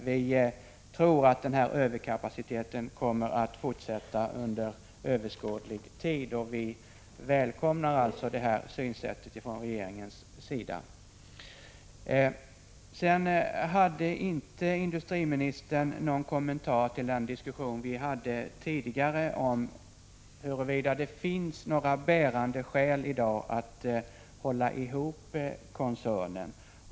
Vi tror att överkapaciteten kommer att fortsätta under överskådlig tid, och vi välkomnar alltså regeringens synsätt. Industriministern gav inte någon kommentar till den diskussion vi har fört tidigare om huruvida det i dag finns några bärande skäl för att hålla ihop koncernen.